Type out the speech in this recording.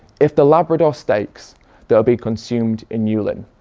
if the labrador stakes that'll be consumed in yulin,